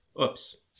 Oops